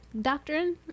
doctrine